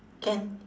can